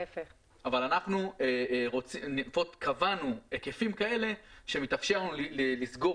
אבל אנחנו קבענו היקפים כאלה שיאפשרו לנו לסגור